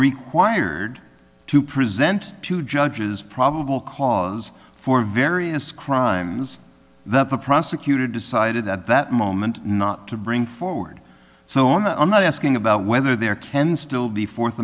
required to present to judges probable cause for various crimes that the prosecutor decided at that moment not to bring forward so on i'm not asking about whether there can still be fourth